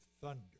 thunder